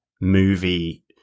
movie